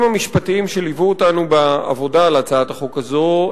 המשפטיים שליוו אותנו בעבודה על הצעת החוק הזאת.